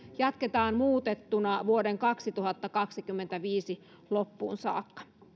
jatketaan muutettuna vuoden kaksituhattakaksikymmentäviisi loppuun saakka